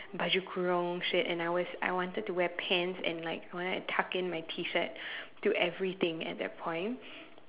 baju kurung shit and I was I wanted to wear pants and like I wanted to tuck in my T-shirt do everything at that point